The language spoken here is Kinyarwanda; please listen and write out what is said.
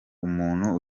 umuntu